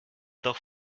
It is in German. doch